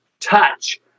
touch